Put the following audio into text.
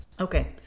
Okay